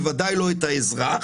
בוודאי לא את האזרח,